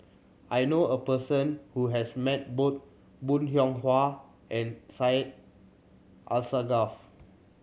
I know a person who has met both Bong Hiong Hwa and Syed Alsagoff